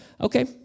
Okay